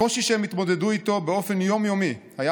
הקושי שהם התמודדו איתו באופן יום-יומי היה